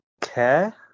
care